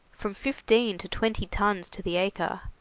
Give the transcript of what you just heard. from fifteen to twenty tons to the acre,